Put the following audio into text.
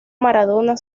maradona